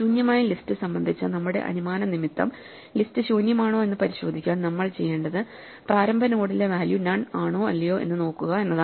ശൂന്യമായ ലിസ്റ്റ് സംബന്ധിച്ച നമ്മുടെ അനുമാനം നിമിത്തം ലിസ്റ്റ് ശൂന്യമാണോ എന്ന് പരിശോധിക്കാൻ നമ്മൾ ചെയ്യേണ്ടത് പ്രാരംഭ നോഡിലെ വാല്യൂ നൺ ആണോ അല്ലയോ എന്ന് നോക്കുക എന്നതാണ്